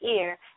ear